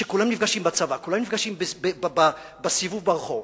שכולם נפגשים בצבא וכולם נפגשים בסיבוב ברחוב: